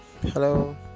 hello